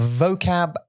vocab